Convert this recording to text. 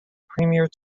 premier